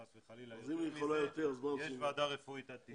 חס וחלילה, אז יש ועדה רפואית עד 90 יום.